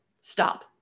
Stop